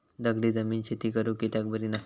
दगडी जमीन शेती करुक कित्याक बरी नसता?